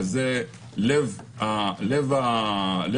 שהיא לב העניין.